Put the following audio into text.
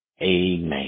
Amen